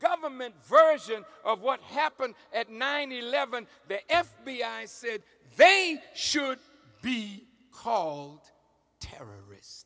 government version of what happened at nine eleven the f b i said they should be called terrorists